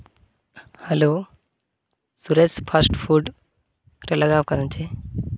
hello Suresh fast food ᱨᱮ ᱞᱟᱜᱟᱣ ᱠᱟᱱᱟ ᱪᱮ